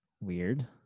weird